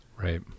Right